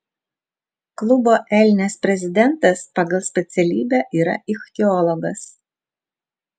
klubo elnias prezidentas pagal specialybę yra ichtiologas